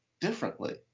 differently